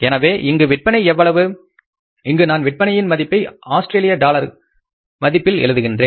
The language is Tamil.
எனவே இங்கு விற்பனை எவ்வளவு இங்கு நான் விற்பனையின் மதிப்பை ஆஸ்திரேலிய டாலர்கள் மதிப்பில் எழுதுகின்றேன்